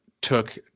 took